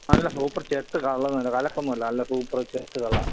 നല്ല സൂപ്പർ ചെത്ത് കള്ള് കലക്ക് ഒന്നും അല്ല നല്ല സൂപ്പർ ചെത്ത് കള്ളാണ്